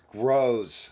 grows